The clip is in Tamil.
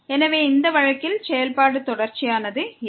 எனவே இந்த வழக்கில் செயல்பாடு தொடர்ச்சியானது இல்லை